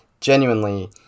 genuinely